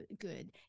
good